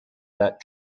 that